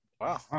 Wow